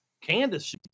Candace